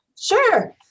Sure